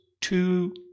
two